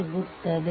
ಸಿಗುತ್ತದೆ